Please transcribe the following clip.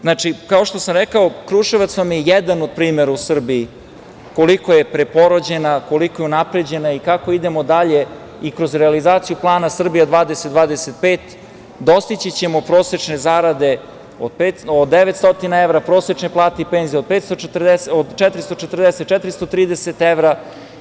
Znači, kao što sam rekao Kruševac je jedan od primera u Srbiji koliko je preporođena, koliko je unapređena i kako idemo dalje i kroz realizaciju plana „Srbija 2025“ dostići ćemo prosečne zarade od 900 evra, prosečne plate i penzije od 440, 430 evra.